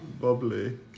Bubbly